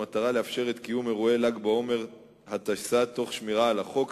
במטרה לאפשר את קיום אירועי ל"ג בעומר התשס"ט תוך שמירה על החוק,